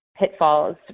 pitfalls